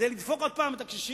זה לדפוק עוד פעם את הקשישים.